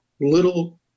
little